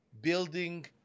building